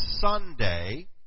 Sunday